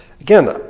Again